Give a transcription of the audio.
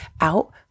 out